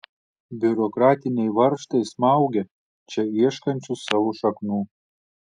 biurokratiniai varžtai smaugia čia ieškančius savo šaknų